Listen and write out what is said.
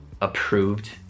approved